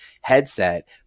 headset